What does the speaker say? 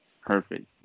perfect